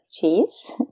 cheese